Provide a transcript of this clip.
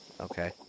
Okay